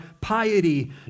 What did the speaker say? piety